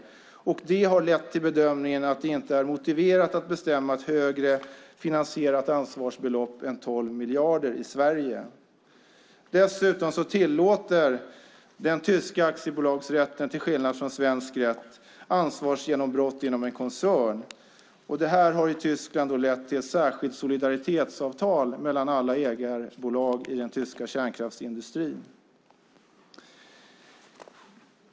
Det har lett till bedömningen att det inte är motiverat att bestämma ett högre finansierat ansvarsbelopp än 12 miljarder i Sverige. Dessutom tillåter den tyska aktiebolagsrätten, till skillnad från svensk rätt, ansvarsgenombrott genom en koncern. Det har i Tyskland lett till ett särskilt solidaritetsavtal mellan alla ägarbolag i den tyska kärnkraftsindustrin.